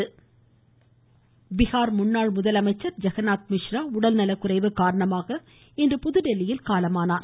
ஜெகன்னாத் மிஷ்ரா பீகார் முன்னாள் முதலமைச்சர் ஜெகன்னாத் மிஷ்ரா உடல்நலக் குறைவு காரணமாக இன்று புதுதில்லியில் காலமானார்